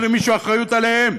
יש למישהו אחריות עליהם?